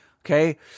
Okay